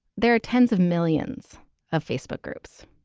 there are tens of millions of facebook groups